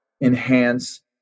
enhance